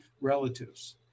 relatives